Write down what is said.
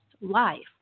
life